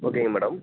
ஓகேங்க மேடம்